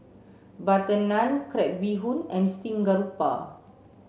butter naan crab bee hoon and steam garoupa